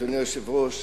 אדוני היושב-ראש,